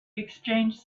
exchanged